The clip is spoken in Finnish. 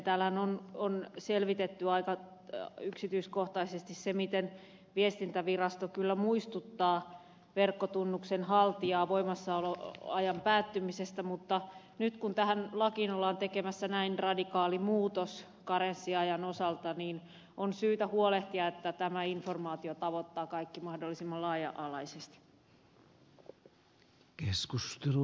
täällähän on selvitetty aika yksityiskohtaisesti se miten viestintävirasto kyllä muistuttaa verkkotunnuksen haltijaa voimassaoloajan päättymisestä mutta nyt kun tähän lakiin ollaan tekemässä näin radikaali muutos karenssiajan osalta on syytä huolehtia että tämä informaatio tavoittaa kaikki mahdollisimman laaja alaisesti